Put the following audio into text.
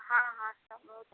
हँ हँ सब बहुत अच्छा